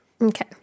Okay